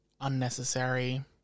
unnecessary